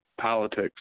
politics